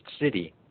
city